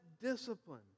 discipline